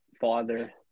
father